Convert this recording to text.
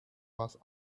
was